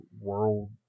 world